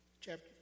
chapter